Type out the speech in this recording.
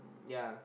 yea